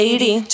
Lady